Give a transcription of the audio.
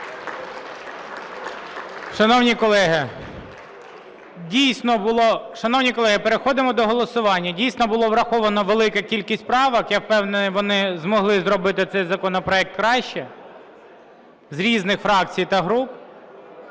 Шановні колеги, переходимо до голосування. Дійсно, було враховано велику кількість правок (я впевнений, вони змогли зробити цей законопроект краще) з різних фракцій та груп.